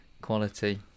Quality